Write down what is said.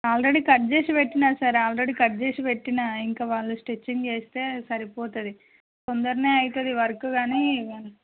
already cut చేసి పెట్టిన already cut చేసి పెట్టిన ఇంక వాళ్ళు స్టిచ్చింగ్ చేస్తే సరిపోతుంది తొందరనే అవుతుంది వర్క్ గానీ